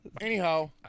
Anyhow